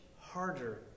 harder